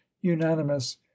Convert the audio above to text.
unanimous